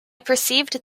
perceived